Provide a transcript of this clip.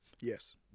Yes